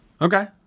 Okay